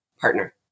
partner